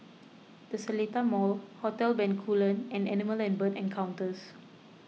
the Seletar Mall Hotel Bencoolen and Animal and Bird Encounters